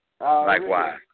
Likewise